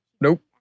nope